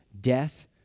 death